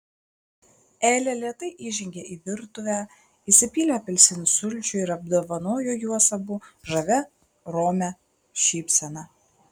elė lėtai įžengė į virtuvę įsipylė apelsinų sulčių ir apdovanojo juos abu žavia romia šypsena